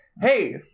hey